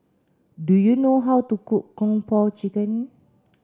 do you know how to cook Kung Po Chicken